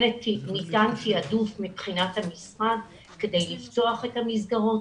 ניתן תיעדוף מבחינת המשרד כדי לפתוח את המסגרות